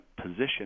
position